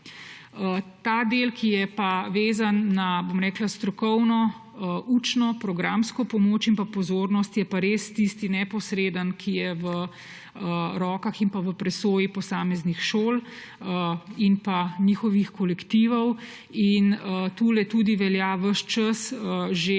Del, ki je pa vezan na strokovno, učno, programsko pomoč in pozornost, je pa res tisti neposredni, ki je v rokah in v presoji posameznih šol in njihovih kolektivov. Tule tudi velja že